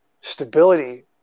stability